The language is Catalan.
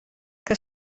que